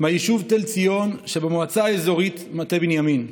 מהיישוב תל ציון שבמועצה האזורית מטה בנימין.